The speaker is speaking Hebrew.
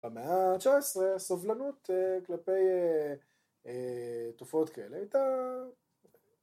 במאה ה-19 הסובלנות כלפי תופעות כאלה הייתה...